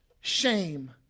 shame